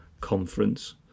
Conference